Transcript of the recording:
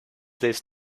this